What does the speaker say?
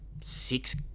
six